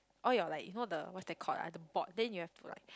all your like you know the what's that called ah the board then you have to like